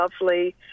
lovely